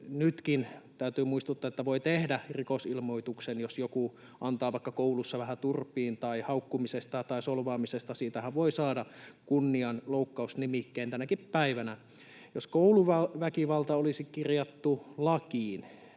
kai täytyy muistuttaa, että nytkin voi tehdä rikosilmoituksen, jos joku antaa vaikka koulussa vähän turpiin, tai haukkumisesta tai solvaamisesta — siitähän voi saada kunnianloukkaus-nimikkeen tänäkin päivänä. Jos kouluväkivalta olisi kirjattu lakiin,